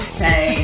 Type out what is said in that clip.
say